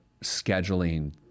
scheduling